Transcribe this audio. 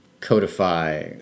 codify